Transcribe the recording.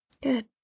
Good